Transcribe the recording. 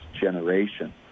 generation